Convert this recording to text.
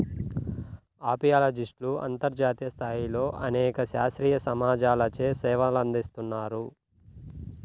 అపియాలజిస్ట్లు అంతర్జాతీయ స్థాయిలో అనేక శాస్త్రీయ సమాజాలచే సేవలందిస్తున్నారు